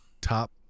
Top